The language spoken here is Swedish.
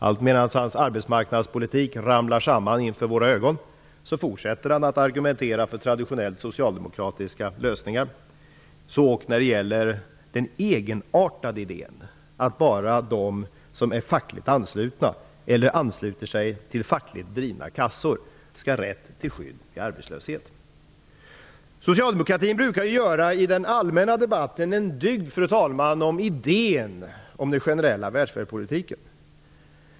Alltmedan hans arbetsmarknadspolitik ramlar samman inför våra ögon fortsätter han att argumentera för traditionellt socialdemokratiska lösningar - så ock när det gäller den egenartade idén att bara de som är fackligt anslutna eller ansluter sig till fackligt drivna kassor skall ha rätt till skydd vid arbetslöshet. Socialdemokratin brukar i den allmänna debatten göra en dygd, fru talman, av idén om den generella välfärdspolitiken.